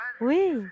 Oui